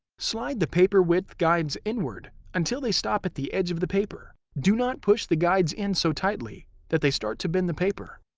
slide the paper width guides inward until they stop at the edge of the paper. do not push the guides in so tightly that they start to bend the paper.